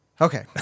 Okay